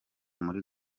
muri